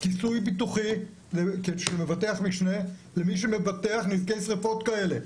כיסוי ביטוחי של משנה למי שמבטח נזקי שריפות כאלה.